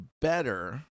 better